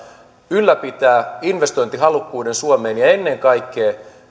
ylläpitää investointihalukkuuden suomeen ja ennen kaikkea sen takia